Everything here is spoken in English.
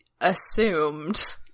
assumed